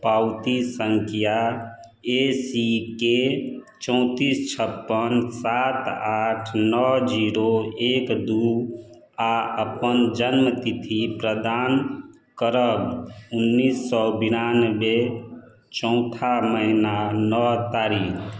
पावती संख्या A C K चौँतिस छप्पन सात आठ नओ जीरो एक दुइ आओर अपन जन्मतिथि प्रदान करब उनैस सओ बेरानवे चौथा महिना नओ तारीख